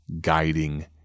guiding